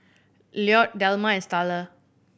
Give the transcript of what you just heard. Lloyd Delma and Starla